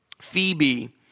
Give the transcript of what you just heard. Phoebe